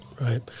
Right